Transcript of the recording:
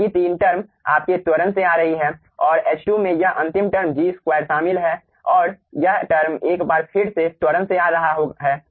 बाकी 3 टर्म आपके त्वरण से आ रही हैं और H2 में यह अंतिम टर्म G2 शामिल है और यह टर्म एक बार फिर से त्वरण से आ रहा है